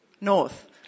North